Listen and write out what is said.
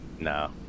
No